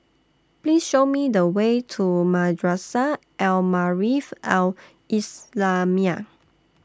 Please Show Me The Way to Madrasah Al Maarif Al Islamiah